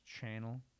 channel